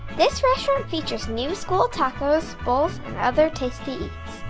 this restaurant features new school tacos, bowls, and other tasty eats.